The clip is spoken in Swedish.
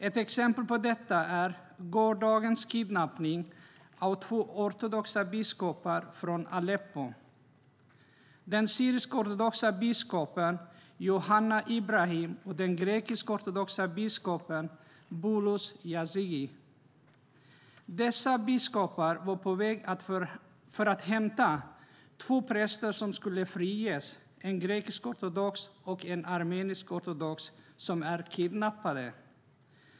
Ett exempel på detta är gårdagens kidnappning av två ortodoxa biskopar från Aleppo, den syrisk-ortodoxe biskopen Yohanna Ibrahim och den grekisk-ortodoxe biskopen Boulos Yazigi. Dessa biskopar var på väg för att hämta två präster som skulle friges, en grekisk-ortodox och en armenisk-ortodox som är kidnappade.